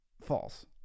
False